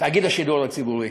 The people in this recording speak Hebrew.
תאגיד השידור הציבורי.